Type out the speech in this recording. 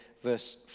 Verse